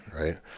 right